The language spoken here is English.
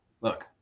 look